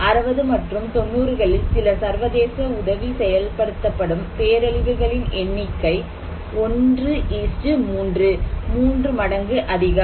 60 மற்றும் 90 களில் சில சர்வதேச உதவி செயல்படுத்தப்படும் பேரழிவுகளின் எண்ணிக்கை 1 3 3 மடங்கு அதிகம்